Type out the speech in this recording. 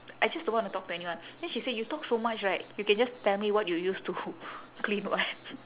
I just don't wanna talk to anyone then she say you talk so much right you can just tell me what you use to clean [what]